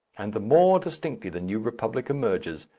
and the more distinctly the new republic emerges,